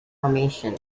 formation